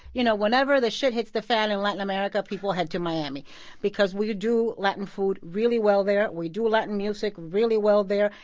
you know, whenever the shit hits the fan in latin america, people head to miami because we do latin food really well there. we do latin music really well there,